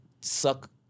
suck